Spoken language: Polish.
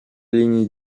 linii